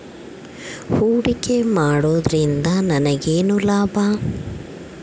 ಹೂಡಿಕೆ ಮಾಡುವುದರಿಂದ ನನಗೇನು ಲಾಭ?